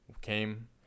came